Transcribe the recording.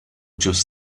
just